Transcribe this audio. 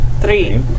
Three